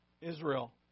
Israel